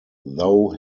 though